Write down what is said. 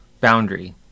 boundary